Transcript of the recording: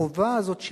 החובה הזאת שלנו,